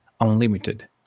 unlimited